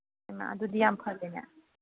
ꯍꯩꯃꯥ ꯑꯗꯨꯗꯤ ꯌꯥꯝ ꯐꯔꯦꯅꯦ